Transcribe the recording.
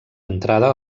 entrada